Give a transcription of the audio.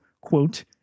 quote